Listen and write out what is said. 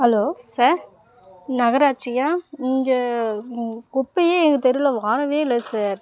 hello sir நகராட்சியா இங்கே குப்பையே எங்கள் தெருவில் வாரவே இல்லை சார்